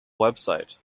website